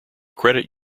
credit